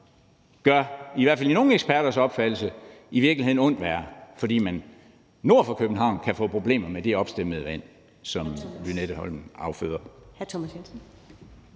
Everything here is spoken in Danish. gør, i hvert fald ifølge nogle eksperters opfattelse, i virkeligheden ondt værre, fordi man nord for København kan få problemer med det opstemmede vand, som Lynetteholm afføder.